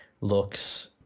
looks